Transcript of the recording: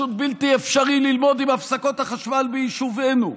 פשוט בלתי אפשרי ללמוד עם הפסקות החשמל ביישובנו.